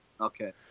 Okay